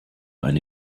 eine